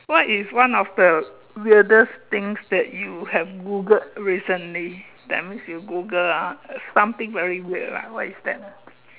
what is one of the weirdest things that you have Googled recently that means you Google ah something very weird lah what is that ah